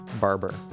barber